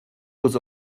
was